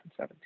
2017